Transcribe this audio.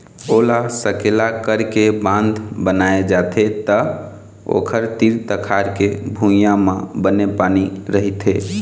ओला सकेला करके बांध बनाए जाथे त ओखर तीर तखार के भुइंया म बने पानी रहिथे